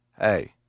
hey